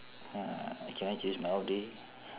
ah can I choose my off day